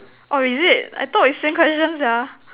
orh is it I thought is same questions sia